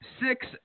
six